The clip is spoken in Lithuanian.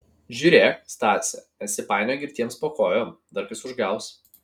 žiūrėk stase nesipainiok girtiems po kojom dar kas užgaus